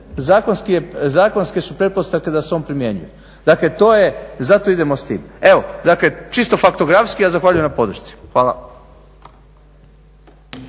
zakonske su pretpostavke da se on primjenjuje, zato idemo s tim. Čisto faktografski, a zahvaljujem na podršci. Hvala.